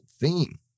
theme